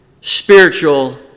spiritual